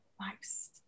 nice